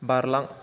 बारलां